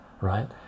right